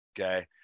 okay